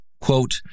quote